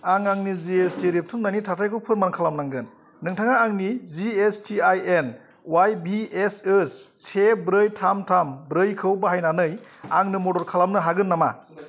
आं आंनि G S T रेबथुमनायनि थाथायखौ फोरमान खालामनांगोन नोंथाङा आंनि G S T I N Y B S S से ब्रै थाम थाम ब्रैखौ बाहायनानै आंनो मदद खालामनो हागोन नामा